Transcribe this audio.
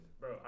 bro